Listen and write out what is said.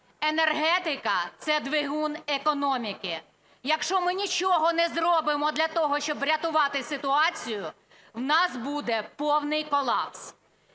Енергетика – це двигун економіки. Якщо ми нічого не зробимо для того, щоб врятувати ситуацію, в нас буде повний колапс.